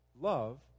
love